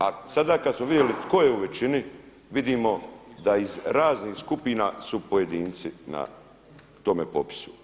A sada kada smo vidjeli tko je u većini vidimo da iz raznih skupina su pojedinci na tome popisu.